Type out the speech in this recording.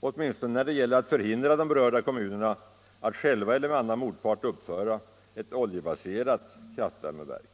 åtminstone när det gäller att förhindra berörda kommuner att själva eller med annan motpart uppföra ett oljebaserat kraftvärmeverk.